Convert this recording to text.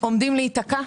עומדים להיתקע?